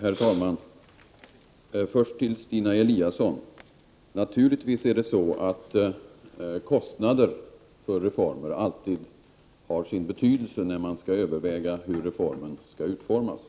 Herr talman! Till Stina Eliasson vill jag säga att naturligtvis är det så, att kostnader för reformer alltid har sin betydelse när man skall överväga hur reformer skall utformas.